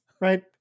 right